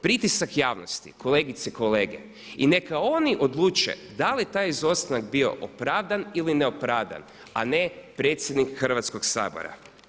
Pritisak javnosti, kolegice i kolege, i neka oni odluče da li je taj izostanak bio opravdan ili ne opravdan, a ne predsjednik Hrvatskog sabora.